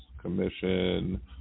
Commission